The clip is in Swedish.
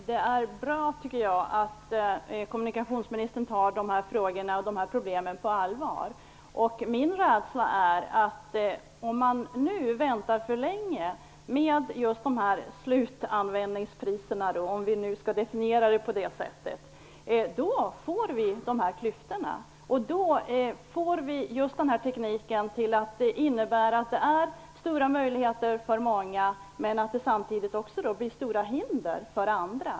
Herr talman! Det är bra att kommunikationsministern tar dessa problem på allvar. Jag är rädd för att det uppstår klyftor om man väntar för länge innan man tar itu med slutanvändarpriserna, om vi nu skall definiera det så. Då kommer tekniken att innebära stora möjligheter för många och stora hinder för andra.